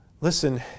Listen